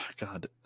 God